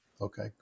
Okay